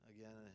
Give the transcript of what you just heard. Again